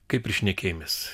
kaip ir šnekėjomės